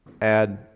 add